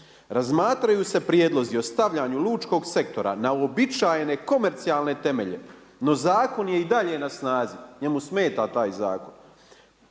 “Razmatraju se prijedlozi ostavljanju lučkog sektora na uobičajene komercijalne temelje, no zakon je i dalje na snazi.“, njemu smeta taj zakon.